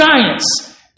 giants